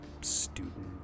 student